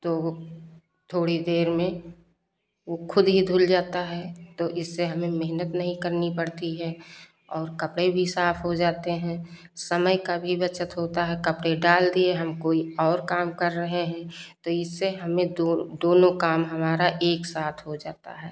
तो वह थोड़ी देर में वह खुद ही धुल जाता है तो इससे हमें मेहनत नहीं करनी पड़ती है और कपड़े भी साफ़ हो जाते हैं समय का भी बचत होता है कपड़े डाल दिए हम कोई और काम कर रहे हैं तो इससे हमें दो दोनों काम हमारा एक साथ हो जाता है